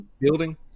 building